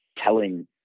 telling